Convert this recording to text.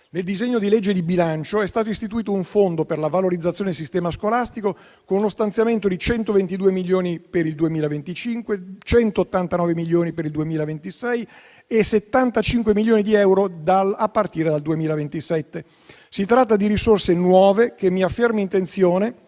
nel disegno di legge di bilancio è stato istituito un fondo per la valorizzazione del sistema scolastico, con uno stanziamento di 122 milioni per il 2025, 189 milioni per il 2026 e 75 milioni di euro a partire dal 2027. Si tratta di risorse nuove, che è mia ferma intenzione